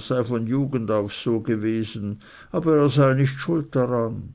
von jugend auf so gewesen aber er sei nicht schuld daran